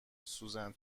سوزن